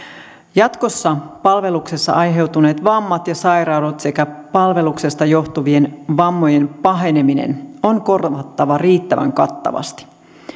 jatkossa palveluksessa aiheutuneet vammat ja sairaudet sekä palveluksesta johtuvien vammojen paheneminen on korvattava riittävän kattavasti